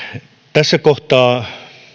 tässä kohtaa